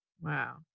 Wow